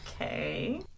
Okay